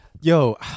yo